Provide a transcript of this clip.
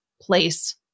place